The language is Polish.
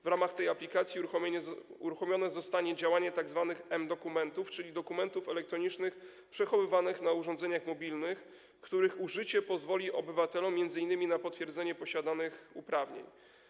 W ramach tej aplikacji uruchomione zostanie działanie tzw. mDokumentów, czyli dokumentów elektronicznych przechowywanych na urządzeniach mobilnych, których użycie pozwoli obywatelom m.in. na potwierdzenie posiadanych uprawnień.